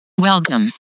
welcome